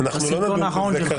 זה חל על